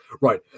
right